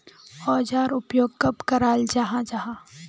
औजार उपयोग कब कराल जाहा जाहा?